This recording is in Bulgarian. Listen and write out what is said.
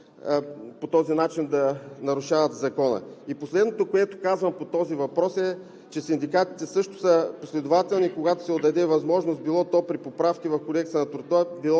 по този начин да нарушават Закона. И последното, което казвам по този въпрос, е, че синдикатите също са последователни, когато се отдаде възможност – било то при поправки в Кодекса на труда, било